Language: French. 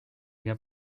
bien